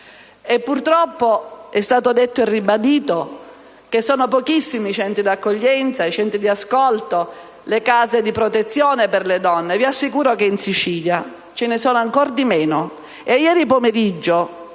Purtroppo, è stato detto e ribadito, che sono pochissimi i centri di accoglienza, i centri di ascolto e le case di protezione per le donne. Vi assicuro che in Sicilia ce ne sono ancora meno.